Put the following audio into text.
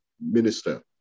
minister